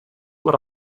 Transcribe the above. what